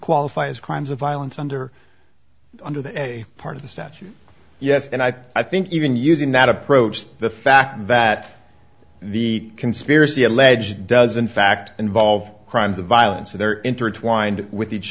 qualify as crimes of violence under under the a part of the statute yes and i think even using that approach to the fact that the conspiracy alleged does in fact involve crimes of violence so they're intertwined with each